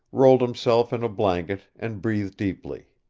rolled himself in a blanket, and breathed deeply.